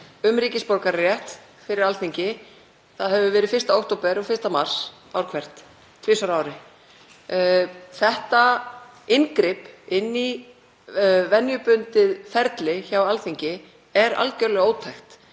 um ríkisborgararétt fyrir Alþingi. Það hefur verið 1. október og 1. mars ár hvert, tvisvar á ári. Þetta inngrip inn í venjubundið ferli hjá Alþingi er algerlega ótækt